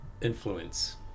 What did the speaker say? influence